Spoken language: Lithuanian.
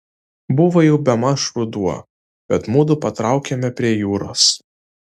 buvo jau bemaž ruduo bet mudu patraukėme prie jūros